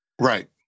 Right